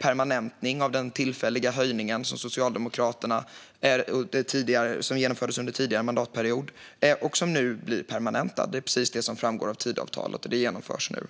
permanentning av den tillfälliga höjning som genomfördes under tidigare mandatperiod. Det är precis detta som framgår av Tidöavtalet. Det genomförs nu.